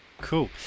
cool